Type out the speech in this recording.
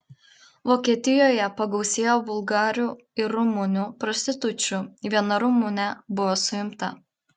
vokietijoje pagausėjo bulgarių ir rumunių prostitučių viena rumunė buvo suimta